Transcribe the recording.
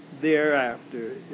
thereafter